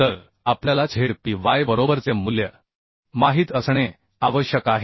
तर आपल्याला zpy बरोबरचे मूल्य माहित असणे आवश्यक आहे